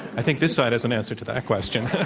i think this side has an answer to that question.